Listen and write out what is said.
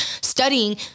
studying